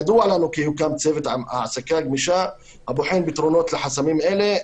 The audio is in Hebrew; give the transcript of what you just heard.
ידוע לנו כי הוקם צוות העסקה גמישה הבוחן פתרונות לחסמים אלה.